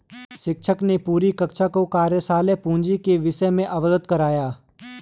शिक्षक ने पूरी कक्षा को कार्यशाला पूंजी के विषय से अवगत कराया